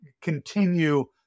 continue